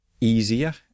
easier